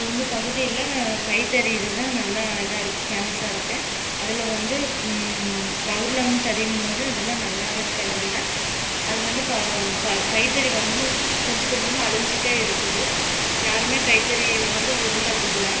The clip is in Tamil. எங்கள் பகுதியில் கைத்தறி இதுதான் நல்லா இதாக இருக்கு ஃபேமஸாக இருக்கு அதில் வந்து பவுர்ணம் தறிங்கும் போது அதல்லாம் நல்லா இருக்கிறதில்ல அது வந்து கைத்தறி வந்து கொஞ்சம் கொஞ்சமாக அழிஞ்சிட்டே இருக்குது யாரும் கைத்தறியை வந்து விரும்புறதில்ல